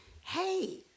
Hey